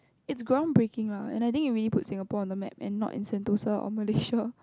it's ground breaking lah and I think it really puts Singapore on the map and not in Sentosa or Malaysia